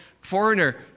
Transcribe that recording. Foreigner